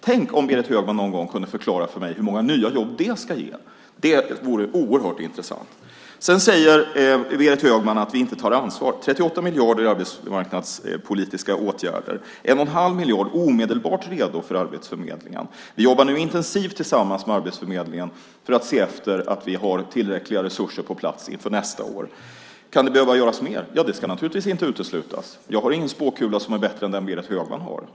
Tänk om Berit Högman någon gång kunde förklara för mig hur många nya jobb det ska ge! Det vore oerhört intressant att höra. Berit Högman säger att vi inte tar ansvar. Vi har 38 miljarder för arbetsmarknadspolitiska åtgärder, varav 1 1⁄2 miljard som omedelbart är redo för Arbetsförmedlingen. Vi jobbar nu intensivt tillsammans med Arbetsförmedlingen för att se efter att vi har tillräckliga resurser på plats inför nästa år. Kan det behöva göras mer? Ja, det kan naturligtvis inte uteslutas. Jag har ingen spåkula som är bättre än den Berit Högman har.